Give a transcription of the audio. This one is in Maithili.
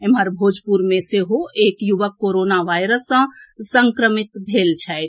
एम्हर भोजपुर मे सेहो एक युवक कोरोना वायरस सँ संक्रमित भेल छथि